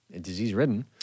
disease-ridden